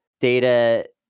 data